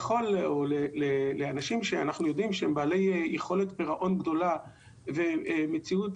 לאנשים שהם בעלי יכולת פירעון גדולה ומציאות